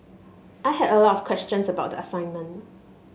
I had a lot of questions about the assignment